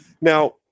now